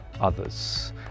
others